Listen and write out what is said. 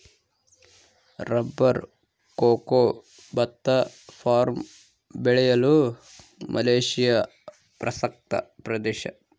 rubber cocoa ಭತ್ತ palm ಬೆಳೆಯಲು Malaysia ಪ್ರಸಕ್ತ ಪ್ರದೇಶ